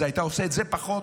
אז היית עושה את זה פחות.